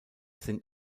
sind